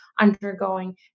undergoing